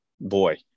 boy